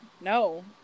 No